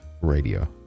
radio